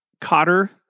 Cotter